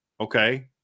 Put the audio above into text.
okay